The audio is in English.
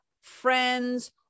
friends